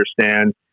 understand